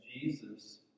Jesus